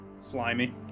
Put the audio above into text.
Slimy